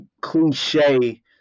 cliche